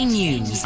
News